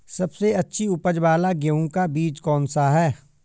सबसे अच्छी उपज वाला गेहूँ का बीज कौन सा है?